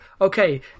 okay